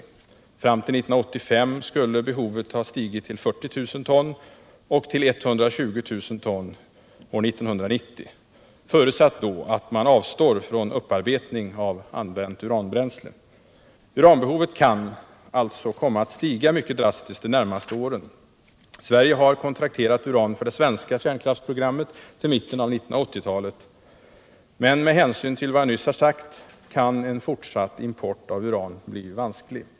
Fram till 1985 skulle behovet ha stigit till 40 000 ton och år 1990 till 120 000 ton — förutsatt att man avstår från upparbetning av använt uranbränsle. Uranbehovet kan alltså komma att stiga mycket drastiskt de närmaste åren. Sverige har kontrakterat uran för det svenska kärnkraftprogrammet till mitten av 1980-talet. Men med hänsyn till vad jag nyss har sagt kan en fortsatt import av uran bli vansklig.